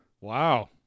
Wow